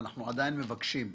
אנחנו עדיין מבקשים,